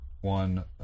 one